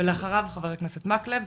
ולאחריו חבר הכנסת מקלב,